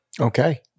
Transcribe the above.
Okay